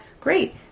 Great